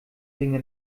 dinge